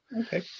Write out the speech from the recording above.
Okay